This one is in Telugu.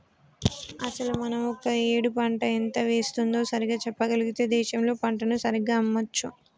అసలు మనం ఒక ఏడు పంట ఎంత వేస్తుందో సరిగ్గా చెప్పగలిగితే దేశంలో పంటను సరిగ్గా అమ్మొచ్చు